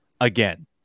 again